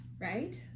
right